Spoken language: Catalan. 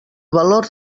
valor